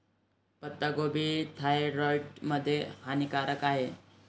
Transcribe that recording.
पत्ताकोबी थायरॉईड मध्ये हानिकारक आहे